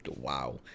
wow